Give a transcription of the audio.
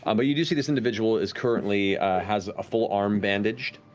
um but, you do see this individual is currently has a full arm bandaged,